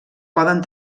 poden